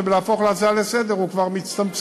להפוך את זה להצעה לסדר-היום כבר מצטמצם.